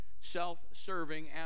self-serving